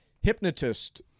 hypnotist